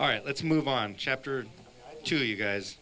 all right let's move on chapter two you guys